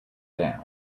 down